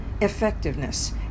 effectiveness